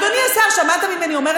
אין שם מחלקה.